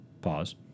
Pause